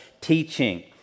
teaching